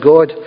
God